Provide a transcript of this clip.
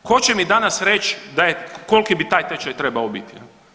Tko će mi danas reći da je, koliki bi taj tečaj trebao biti?